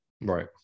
Right